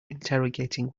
interrogating